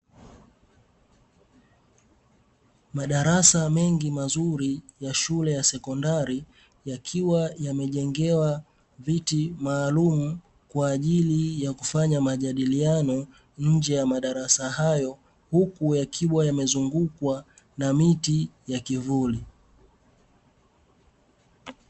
Madarasa mengi mazuri ya shule ya sekondari yakiwa yamejengewa viti maalumu kwa ajili ya kufanya majadiliano nje ya madarasa hayo, huku yakiwa yamezungukwa na miti ya kivuli.